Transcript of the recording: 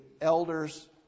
elders